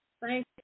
Thank